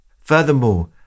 Furthermore